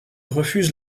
refuse